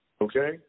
Okay